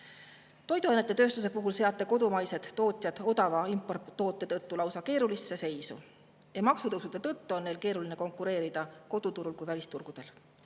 Toiduainetööstuse puhul seate kodumaised tootjad odava importtoote tõttu keerulisse seisu. Maksutõusude tõttu on neil keeruline konkureerida nii koduturul kui ka välisturgudel.